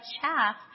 chaff